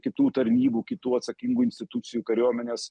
kitų tarnybų kitų atsakingų institucijų kariuomenės